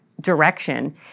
direction